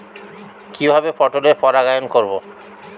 কিভাবে পটলের পরাগায়ন করব?